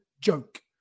joke